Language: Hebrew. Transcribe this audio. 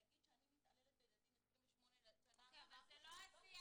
להגיד שאני מתעללת בילדים 28 שנה --- אבל זה לא השיח,